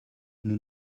nous